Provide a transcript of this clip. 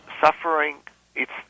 suffering—it's